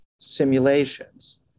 simulations